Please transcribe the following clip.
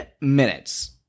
minutes